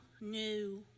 new